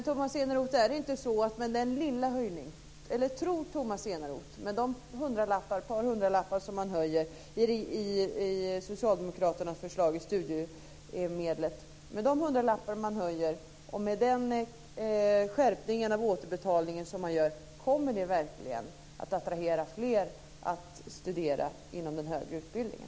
Tror Tomas Eneroth att socialdemokraternas förslag till studiemedel med ett par hundralappar i höjning och med skärpning av återbetalningen verkligen kommer att attrahera fler att studera inom den högre utbildningen?